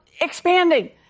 Expanding